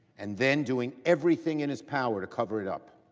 and then doing everything in his power to covered up.